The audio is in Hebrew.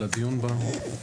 על הדיון בה,